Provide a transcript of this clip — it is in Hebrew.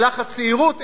הלכה הצעירות,